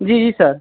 जी जी सर